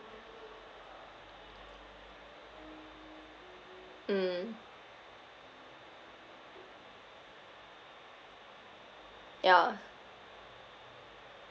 mm yeah